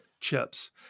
chips